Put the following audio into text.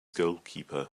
goalkeeper